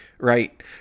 Right